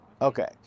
okay